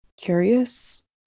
curious